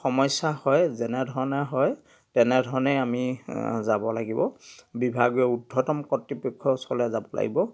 সমস্যা হয় যেনেধৰণে হয় তেনেধৰণেই আমি যাব লাগিব বিভাগীয় উৰ্দ্ধতম কৰ্তৃপক্ষৰ ওচৰলৈ যাব লাগিব